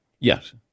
Yes